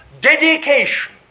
dedication